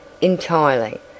entirely